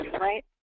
right